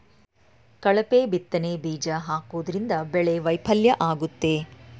ಕಳಪೆ ಬಿತ್ತನೆ ಬೀಜ ಹಾಕೋದ್ರಿಂದ ಬೆಳೆ ವೈಫಲ್ಯ ಆಗುತ್ತೆ